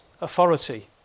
authority